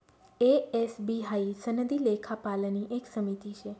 ए, S, B हाई सनदी लेखापालनी एक समिती शे